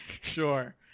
sure